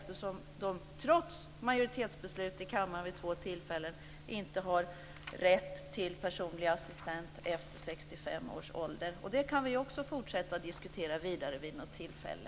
Trots majoritetsbeslut i kammaren vid två tillfällen har de inte rätt till personlig assistent efter 65 års ålder. Det kan vi också fortsätta att diskutera vidare vid något tillfälle.